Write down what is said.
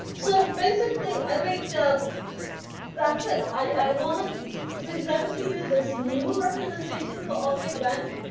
so basically, i think so that's it. i want to present to you this new representation called objectbank,